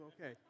Okay